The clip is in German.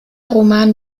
roman